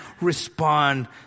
respond